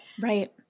Right